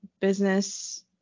business